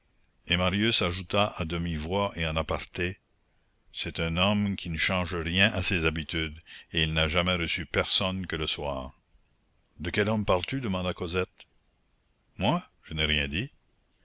et marius ajouta à demi-voix et en aparté c'est un homme qui ne change rien à ses habitudes et il n'a jamais reçu personne que le soir de quel homme parles-tu demanda cosette moi je n'ai rien dit